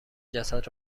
جسد